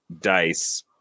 Dice